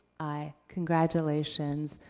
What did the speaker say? aye. congratulations,